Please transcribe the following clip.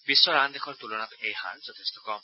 বিশ্বৰ আন দেশৰ তুলনাত এই হাৰ যথেষ্ট কম